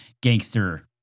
gangster